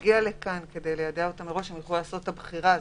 כדי שיוכלו מראש לעשות את הבחירה.